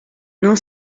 non